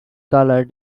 colour